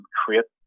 create